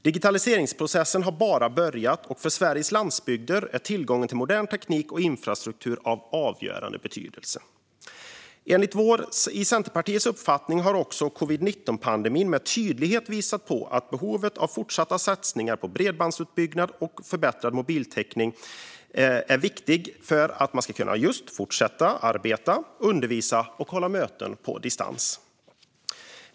Digitaliseringsprocessen har bara börjat, och för Sveriges landsbygder är tillgången till modern teknik och infrastruktur av avgörande betydelse. Enligt Centerpartiets uppfattning har covid-19-pandemin med tydlighet visat på behovet av fortsatta satsningar på bredbandsutbyggnad och förbättrad mobiltäckning för att man ska kunna fortsätta arbeta, undervisa och hålla möten på distans.